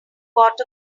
got